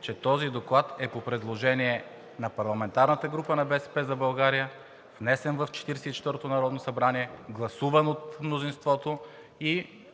че този доклад е по предложение на парламентарната група на „БСП за България“, внесен в Четиридесет и четвъртото народното събрание, гласуван от мнозинството и както